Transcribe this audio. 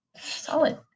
solid